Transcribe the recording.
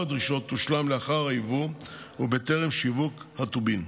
הדרישות תושלם לאחר היבוא ובטרם שיווק הטובין.